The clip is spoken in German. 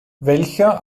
welcher